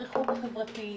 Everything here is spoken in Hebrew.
הריחוק החברתי,